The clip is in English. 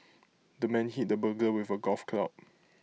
the man hit the burglar with A golf club